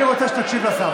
אני רוצה שתקשיב לשר.